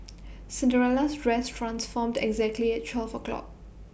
Cinderella's dress transformed exactly at twelve o' clock